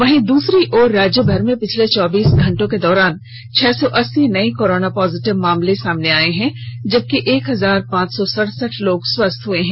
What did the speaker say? वहीं दूसरी ओर राज्यभर में पिछले चौबीस घंटे के दौरान छह सौ अस्सी नये कोरोना पॉजिटिव मिले हैं जबकि एक हजार पांच सौ सरसठ लोग स्वस्थ हुए हैं